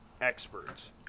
experts